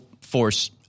force